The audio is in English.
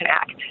Act